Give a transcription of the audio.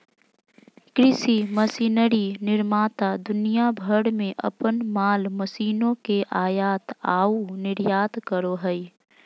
कृषि मशीनरी निर्माता दुनिया भर में अपन माल मशीनों के आयात आऊ निर्यात करो हइ